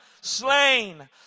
slain